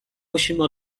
musimy